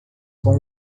com